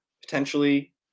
potentially